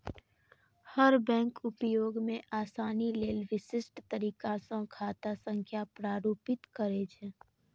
हर bank उपयोग मे आसानी लेल विशिष्ट तरीका सं खाता संख्या प्रारूपित करै छै